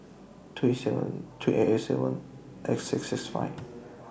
three seven three eight eight seven eight six six five